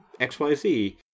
XYZ